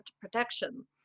protection